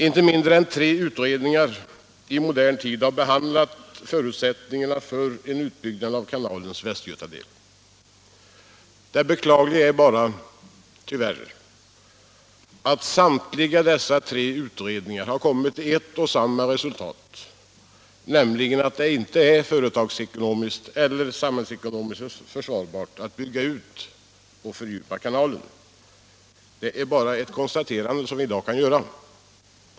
Inte mindre än tre utredningar i modern tid har behandlat förutsättningarna för en utbyggnad av kanalens västgötadel. Det beklagliga är bara att samtliga dessa tre utredningar tyvärr har kommit till ett och samma resultat, nämligen att det inte är företagsekonomiskt eller samhällsekonomiskt försvarbart att bygga ut och fördjupa kanalen. Det är ett konstaterande som vi i dag kan göra.